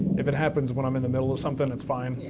if it happens when i'm in the middle of somethin' it's fine. yeah.